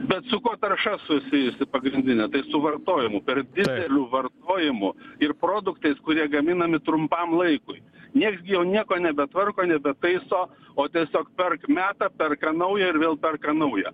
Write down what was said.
bet su kuo tarša susijusi pagrindinė tai su vartojimu per dideliu vartojimu ir produktais kurie gaminami trumpam laikui nieks gi jau nieko nebetvarko nebetaiso o tiesiog perk meta perka naują ir vėl perka naują